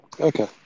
okay